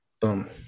Boom